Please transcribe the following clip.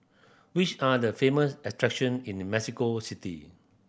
which are the famous attraction in Mexico City